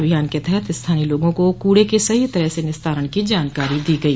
अभियान के तहत स्थानीय लोगों को कूड़े के सही तरह से निस्तारण की जानकारी दी गई